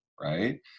right